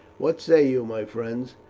what say you, my friends,